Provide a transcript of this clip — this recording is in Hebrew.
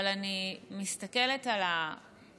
אבל אני מסתכלת על הדיון,